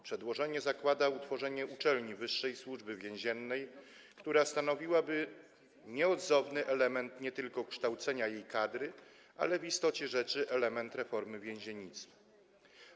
Przedłożenie zakłada utworzenie uczelni wyższej Służby Więziennej, która stanowiłaby nieodzowny element nie tylko kształcenia jej kadry, ale w istocie rzeczy - element reformy więziennictwa.